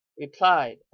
replied